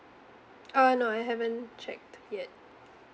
uh no I haven't check yet